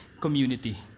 community